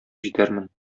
җитәрмен